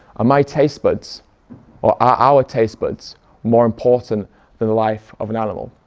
my taste buds, or are our taste buds more important than life of an animal?